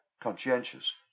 conscientious